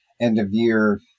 end-of-year